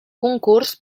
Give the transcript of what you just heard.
concurs